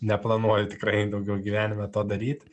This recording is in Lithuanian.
neplanuoju tikrai daugiau gyvenime to daryt